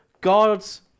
God's